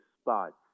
spots